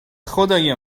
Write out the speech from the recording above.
خدای